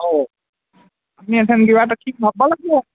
অঁ আপুনি এথেন কিবা এটা থিম মাৰব লাগব